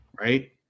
Right